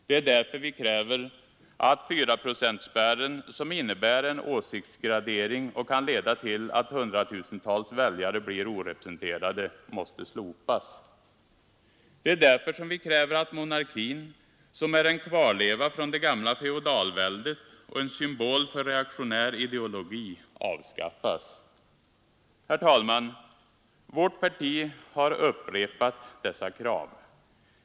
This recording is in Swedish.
Det är därför vi kräver att 4-procentsspärren, som innebär en åsiktsgradering och kan leda till att hundratusentals väljare blir orepresenterade, skall slopas. Det är därför som vi kräver att monarkin, som är en kvarleva från det gamla feodalväldet och en symbol för reaktionär ideologi, avskaffas. Herr talman! Vårt parti har upprepat dessa krav.